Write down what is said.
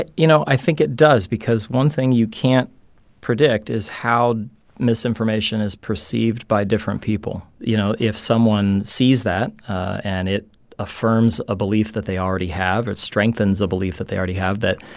you know, i think it does because one thing you can't predict is how misinformation is perceived by different people, you know. if someone sees that and it affirms a belief that they already have or it strengthens a belief that they already have that,